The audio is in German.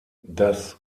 das